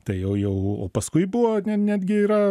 tai jau jau o paskui buvo netgi yra